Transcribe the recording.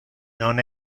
non